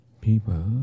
people